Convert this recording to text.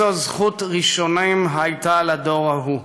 איזו זכות ראשונים הייתה לדור ההוא.